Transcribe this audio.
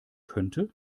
könnte